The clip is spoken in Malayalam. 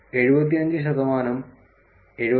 75 ശതമാനം 75